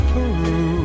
Peru